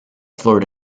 florida